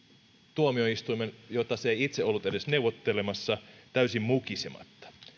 tuomioistuimen jota se ei itse ollut edes neuvottelemassa täysin mukisematta